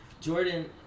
Jordan